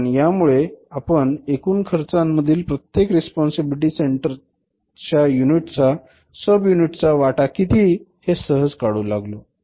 कारण त्यामुळे आपण एकूण खर्च मधील प्रत्येक रिस्पॉन्सिबिलिटी सेंटरचा युनिटचा सब युनिटचा वाटा किती हे सहज काढू लागलो